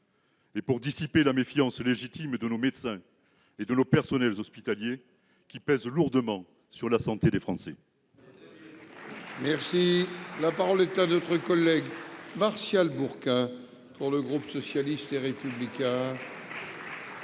et pour dissiper la méfiance légitime de nos médecins et de nos personnels hospitaliers, qui pèse lourdement sur la santé des Français. Très bien ! La parole est à M. Martial Bourquin, pour le groupe socialiste et républicain.